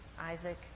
Isaac